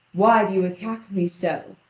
why do you attack me so?